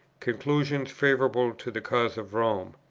conclusions favourable to the cause of rome.